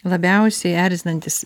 labiausiai erzinantys